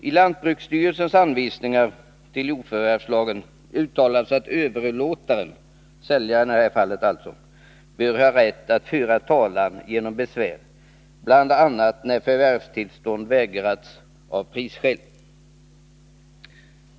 I lantbruksstyrelsens anvisningar till jordförvärvslagen uttalas att överlåtaren — säljaren alltså — bör ha rätt att föra talan genom besvär, bl.a. när förvärvstillstånd vägrats av prisskäl.